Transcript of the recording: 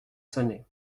sonnaient